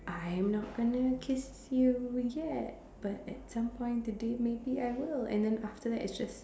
I'm not gonna kiss you yet but at some point today maybe I will and then after that it's just